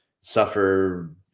suffer